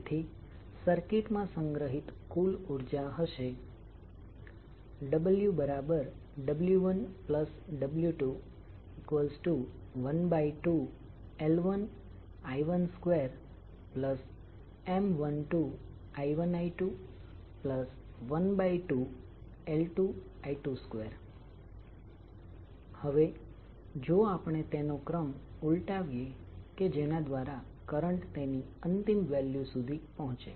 તેથી સર્કિટ માં સંગ્રહિત કુલ ઉર્જા હશે ww1w212L1I12M12I1I212L2I22 હવે જો આપણે તેનો ક્રમ ઉલટાવીએ કે જેના દ્વારા કરંટ તેની અંતિમ વેલ્યુ સુધી પહોંચે